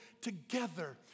together